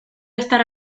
estar